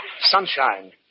Sunshine